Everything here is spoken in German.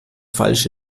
falsch